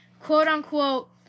quote-unquote